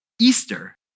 Easter